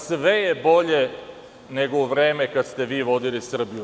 Sve je bolje nego u vreme kada ste vi vodili Srbiju.